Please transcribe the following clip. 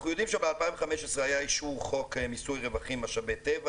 אנחנו יודעים שב-2015 היה אישור חוק מיסוי רווחים על משאבי טבע,